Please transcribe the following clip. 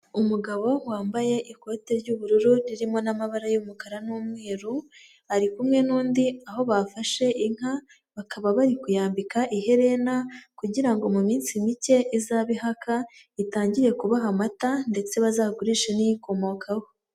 Umugabo wambaye ikote ry'ubururu ririmo n'amabara y'umukara n'umweru, ari kumwe n'undi, aho bafashe inka bakaba bari kuyambika iherena kugira ngo mu minsi mike izabe ihaka, itangire kubaha amata ndetse bazagurishe n'iyikomokaho.